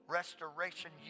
restoration